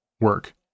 work